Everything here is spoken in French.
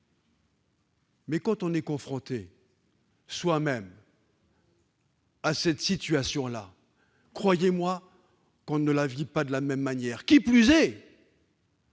! Quand on est confronté soi-même à cette situation-là, croyez-moi, on ne la vit pas de la même manière, qui plus est